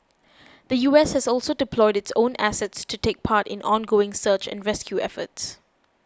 the U S has also deployed its own assets to take part in ongoing search and rescue efforts